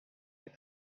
est